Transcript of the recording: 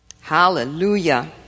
Hallelujah